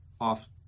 off